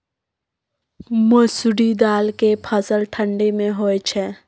मसुरि दाल के फसल ठंडी मे होय छै?